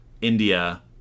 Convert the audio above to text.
India